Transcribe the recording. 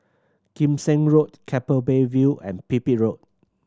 Kim Seng Road Keppel Bay View and Pipit Road